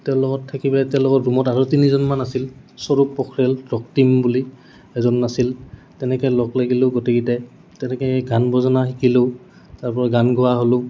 তেওঁৰ লগত থাকি পেলাই তেওঁৰ লগত ৰুমত আৰু তিনিজনমান আছিল স্বৰূপ পখ্ৰেল ৰক্তিম বুলি এজন আছিল তেনেকৈ লগ লাগিলোঁ গোটেইকেইটাই তেনেকৈ গান বজনা শিকিলোঁ তাৰপৰা গান গোৱা হ'লোঁ